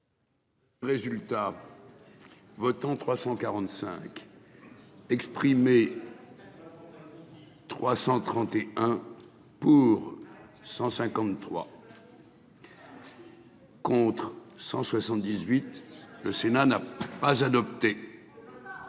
Résultat. Votants 345. Exprimés. 331. Pour 153. Contre 178. Le Sénat n'a pas adopté.